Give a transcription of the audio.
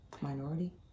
minority